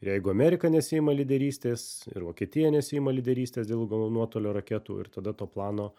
jeigu amerika nesiima lyderystės ir vokietija nesiima lyderystės dėl ilgo nuotolio raketų ir tada to plano